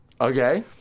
Okay